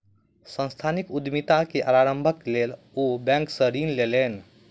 सांस्थानिक उद्यमिता के आरम्भक लेल ओ बैंक सॅ ऋण लेलैन